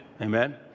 Amen